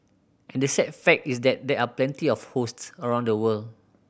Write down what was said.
and the sad fact is that there are plenty of hosts around the world